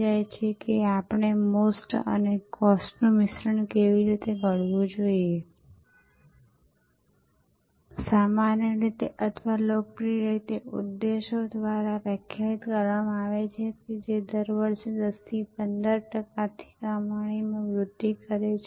ચાલો આપણે તેમની પાસેના કેટલાક અદ્ભુત આંકડાઓ જોઈએ આ આંકડા થોડા વર્ષો જૂના છે મને ખાતરી છે કે હવે બધી સંખ્યા નોંધપાત્ર રીતે વધી ગઈ છે